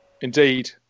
Indeed